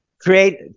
Create